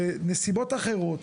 בנסיבות אחרות,